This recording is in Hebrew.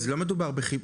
אז לא מדובר בחיבוק.